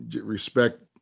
respect